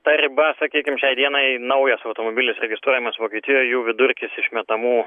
ta riba sakykim šiai dienai naujas automobilis registruojamas vokietijoj jų vidurkis išmetamų